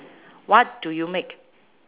what do you make